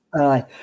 Aye